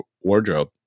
wardrobe